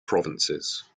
provinces